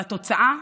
והתוצאה,